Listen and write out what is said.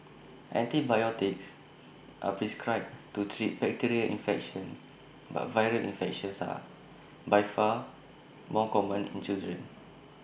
antibiotics are prescribed to treat bacterial infections but viral infections are by far more common in children